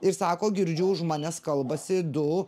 ir sako girdžiu už manęs kalbasi du